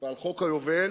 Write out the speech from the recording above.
ועל חוק היובל,